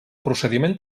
procediment